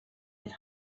his